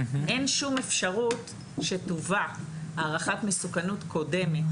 אין שום אפשרות שתובא הערכת מסוכנות קודמת,